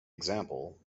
example